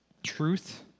truth